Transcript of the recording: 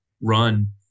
run